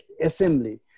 assembly